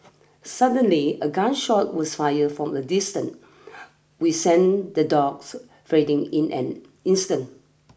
suddenly a gun shot was fired from a distant we sent the dogs freeding in an instant